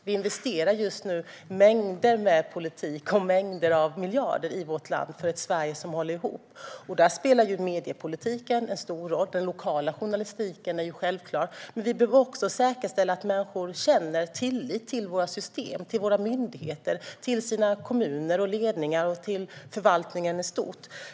Vi investerar massor med politik och mängder av miljarder för ett Sverige som håller ihop. Här spelar mediepolitiken en stor roll, och den lokala journalistiken är självklar. Vi behöver också säkerställa att människor känner tillit till våra system, till våra myndigheter, till sina kommuner och ledningar och till förvaltningen i stort.